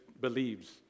believes